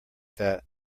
that